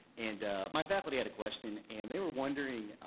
and my faculty had a question, and they were wondering.